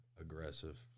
aggressive